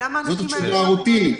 זאת התשובה הרוטינית.